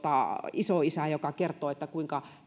isoisä joka kertoo kuinka